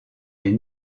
les